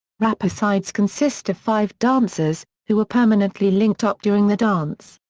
rapper sides consist of five dancers, who are permanently linked-up during the dance.